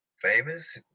famous